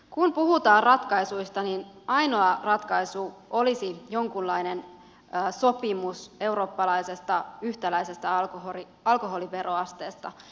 kun puhutaan ratkaisuista ainoa ratkaisu olisi jonkunlainen sopimus yhtäläisestä eurooppalaisesta alkoholiveroasteesta